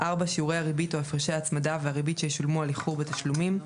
(4)שיעורי הריבית או הפרשי ההצמדה והריבית שישולמו על איחור בתשלומים,